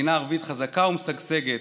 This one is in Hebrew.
מדינה ערבית חזקה ומשגשגת